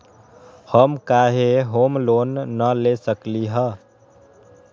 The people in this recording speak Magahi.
हम काहे होम लोन न ले सकली ह?